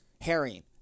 herring